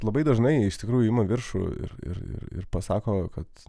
labai dažnai iš tikrųjų ima viršų ir ir pasako kad